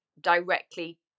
directly